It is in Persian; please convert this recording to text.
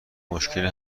مشکل